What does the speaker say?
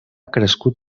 crescut